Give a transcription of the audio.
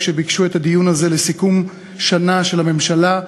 כשביקשו את הדיון הזה לסיכום שנה של הממשלה,